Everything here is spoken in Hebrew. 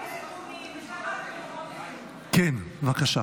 כן, בבקשה.